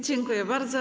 Dziękuję bardzo.